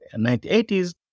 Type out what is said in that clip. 1980s